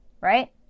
Right